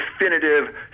definitive